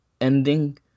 ending